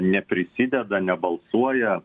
neprisideda nebalsuoja